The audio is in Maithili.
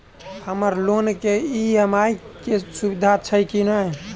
हम्मर लोन केँ ई.एम.आई केँ सुविधा छैय की नै?